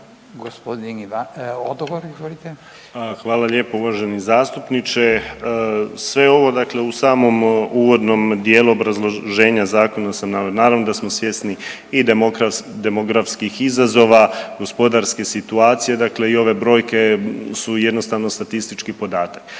**Piletić, Marin (HDZ)** Hvala lijepo. Uvaženi zastupniče, sve ovo dakle u samom uvodnom dijelu obrazloženja zakona sam naveo, naravno da smo svjesni i demografskih izazova i gospodarske situacije, dakle i ove brojke su jednostavno statistički podatak.